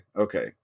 okay